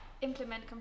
implement